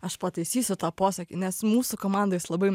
aš pataisysiu tą posakį nes mūsų komandoj jis labai